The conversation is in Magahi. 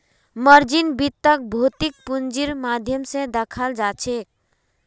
मार्जिन वित्तक भौतिक पूंजीर माध्यम स दखाल जाछेक